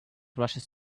rushes